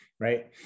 right